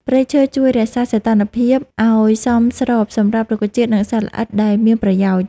ព្រៃឈើជួយរក្សាសីតុណ្ហភាពដីឱ្យសមស្របសម្រាប់រុក្ខជាតិ និងសត្វល្អិតដែលមានប្រយោជន៍។